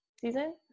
season